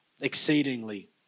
exceedingly